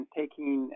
taking